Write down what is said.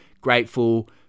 grateful